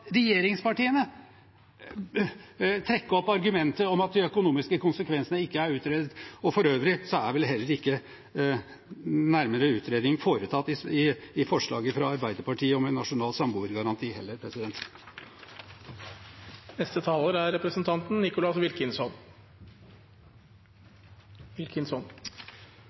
regjeringspartiene, trekke opp argumentet om at de økonomiske konsekvensene ikke er utredet. For øvrig er vel ikke nærmere utredning foretatt av forslaget fra Arbeiderpartiet om en nasjonal samboergaranti heller.